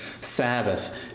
Sabbath